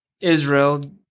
Israel